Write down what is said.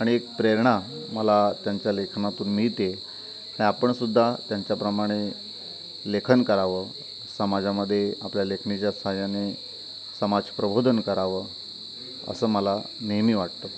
आणि एक प्रेरणा मला त्यांच्या लेखनातून मिळते आणि आपणसुद्धा त्यांच्याप्रमाणे लेखन करावं समाजामध्ये आपल्या लेखणीच्या सहाय्याने समाजप्रबोधन करावं असं मला नेहमी वाटत आहे